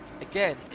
Again